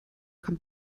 kommt